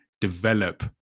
develop